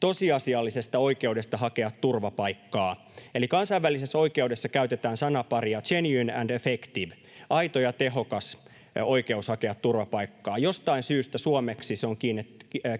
tosiasiallisesta oikeudesta hakea turvapaikkaa. Eli kansainvälisessä oikeudessa käytetään sanaparia ”genuine and effective”, aito ja tehokas oikeus hakea turvapaikkaa. Jostain syystä suomeksi se on